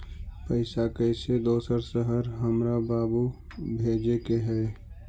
पैसा कैसै दोसर शहर हमरा बाबू भेजे के है?